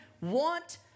want